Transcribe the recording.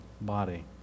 body